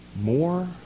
more